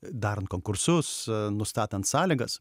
darant konkursus nustatant sąlygas